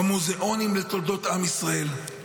במוזיאונים לתולדות עם ישראל.